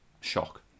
Shock